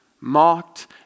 mocked